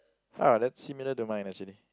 ah that's similar to mine actually